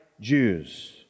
Jews